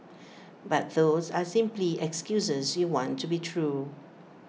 but those are simply excuses you want to be true